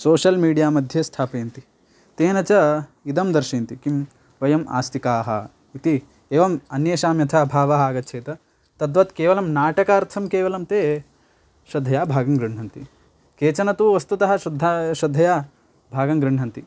social media मध्ये स्थापयन्ति तेन च इदं दर्शयन्ति किं वयम् आस्थिकाः इति एवम् अन्यषां यथा भावः आगच्छेत् तद्वत् केवलं नाटकार्थं केवलं ते श्रद्धया भागं गृह्णन्ति केचन तु वस्तुतः श्रद्धया श्रद्धया भागं गृह्णन्ति